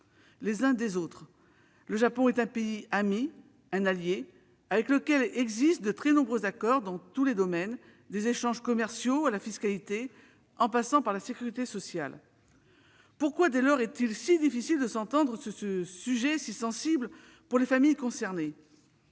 les uns des autres. Le Japon est un pays ami, un allié, avec lequel ont été passés de très nombreux accords dans tous les domaines, des échanges commerciaux à la fiscalité en passant par la sécurité sociale. Dès lors, pourquoi est-il si difficile de s'entendre sur ce sujet si sensible pour les familles concernées ?